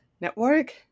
network